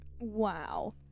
Wow